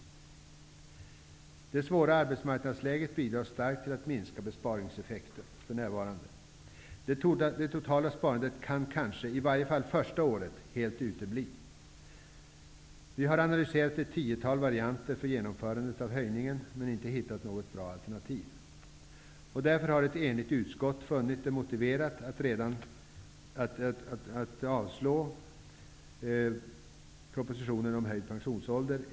Det för närvarande svåra arbetsmarknadsläget bidrar starkt till att minska besparingseffekten. Det totala sparandet kan kanske, i varje fall första året, helt utebli. Vi har analyserat ett tiotal varianter för att genomföra höjningen, men inte hittat något bra alternativ. Därför har ett enigt utskott funnit det motiverat att avstyrka propositionen om höjd pensionsålder.